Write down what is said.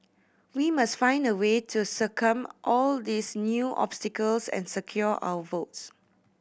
we must find a way to circumvent all these new obstacles and secure our votes